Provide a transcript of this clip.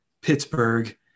Pittsburgh